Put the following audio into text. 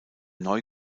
neu